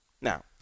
Now